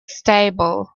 stable